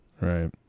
Right